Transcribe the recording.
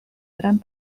gran